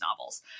novels